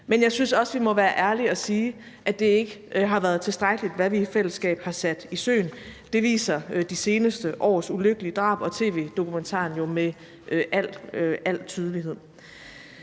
men jeg synes også, vi må være ærlige og sige, at det ikke har været tilstrækkeligt, hvad vi i fællesskab har sat i søen. Det viser de seneste års ulykkelige drab og tv-dokumentaren jo med al tydelighed.